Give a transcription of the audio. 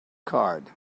card